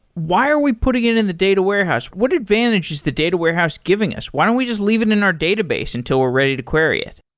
why are we putting it in the data warehouse? what advantage is the data warehouse giving us? why don't we just leave it in our database until we're ready to query it?